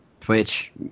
twitch